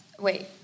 Wait